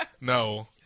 No